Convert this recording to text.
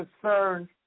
concern